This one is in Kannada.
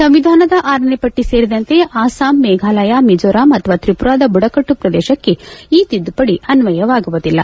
ಸಂವಿಧಾನದ ಆರನೇ ಪಟ್ಲಿ ಸೇರಿದಂತೆ ಅಸ್ಸಾಂ ಮೇಫಾಲಯ ಮಿಜೋರಾಂ ಅಥವಾ ತ್ರಿಪುರದ ಬುಡಕಟ್ಟು ಪ್ರದೇಶಕ್ಕೆ ಈ ತಿದ್ದುಪಡಿ ಅನ್ನಯವಾಗುವುದಿಲ್ಲ